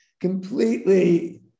Completely